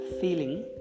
Feeling